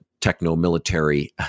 techno-military